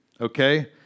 okay